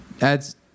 adds